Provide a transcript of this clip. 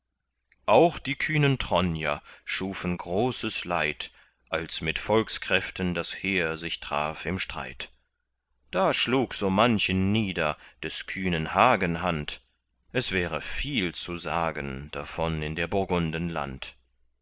auch die kühnen tronjer schufen großes leid als mit volkskräften das heer sich traf im streit da schlug so manchen nieder des kühnen hagen hand es wäre viel zu sagen davon in der burgunden land